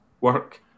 work